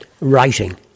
writing